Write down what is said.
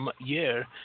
year